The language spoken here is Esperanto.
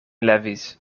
levis